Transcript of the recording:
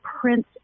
Prince